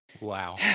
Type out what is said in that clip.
Wow